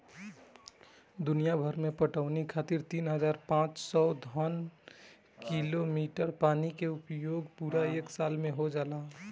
दुनियाभर में पटवनी खातिर तीन हज़ार पाँच सौ घन कीमी पानी के उपयोग पूरा एक साल में हो जाला